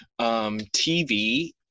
TV